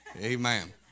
Amen